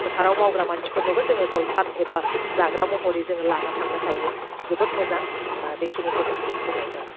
फोथाराव मावग्रा मानसिफोरनोबो जोङो जलफान एबा जाग्रा महरै जोङो लाना थांनो हायो जोबोद मोजां ओह बेखिनिखौनो बुंनाय जाबाय